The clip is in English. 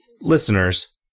Listeners